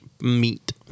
Meat